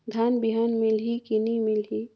धान बिहान मिलही की नी मिलही?